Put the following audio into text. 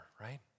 right